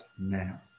now